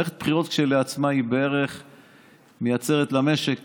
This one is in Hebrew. מערכת בחירות כשלעצמה מייצרת למשק